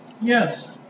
Yes